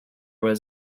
was